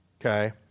Okay